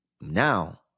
Now